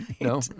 No